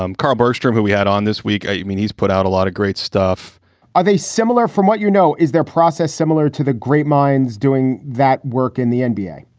um carl burster, who we had on this week, i mean, he's put out a lot of great stuff are they similar from what you know, is their process similar to the great minds doing that work in the and nba?